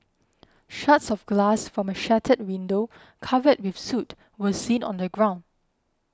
shards of glass from a shattered window covered with soot were seen on the ground